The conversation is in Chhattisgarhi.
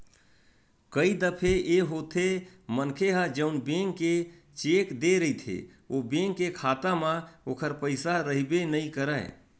कई दफे ए होथे मनखे ह जउन बेंक के चेक देय रहिथे ओ बेंक के खाता म ओखर पइसा रहिबे नइ करय